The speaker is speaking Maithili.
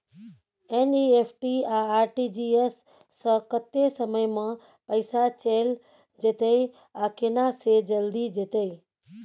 एन.ई.एफ.टी आ आर.टी.जी एस स कत्ते समय म पैसा चैल जेतै आ केना से जल्दी जेतै?